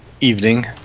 evening